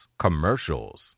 commercials